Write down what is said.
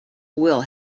will